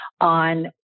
on